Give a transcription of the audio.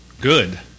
good